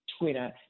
Twitter